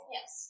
Yes